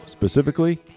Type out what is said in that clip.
specifically